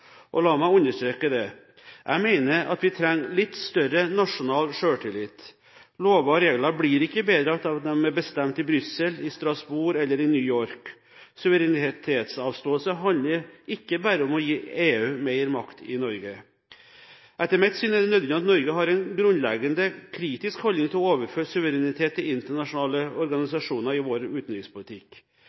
La meg understreke dette: Jeg mener at vi trenger litt større nasjonal selvtillit. Lover og regler blir ikke bedre av at de er bestemt i Brussel, i Strasbourg eller i New York. Suverenitetsavståelse handler ikke bare om å gi EU mer makt i Norge. Etter mitt syn er det nødvendig at Norge har en grunnleggende kritisk holdning til å overføre suverenitet til internasjonale organisasjoner i vår utenrikspolitikk.